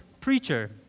preacher